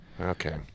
Okay